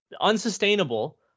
unsustainable